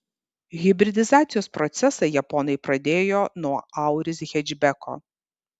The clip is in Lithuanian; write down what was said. hibridizacijos procesą japonai pradėjo nuo auris hečbeko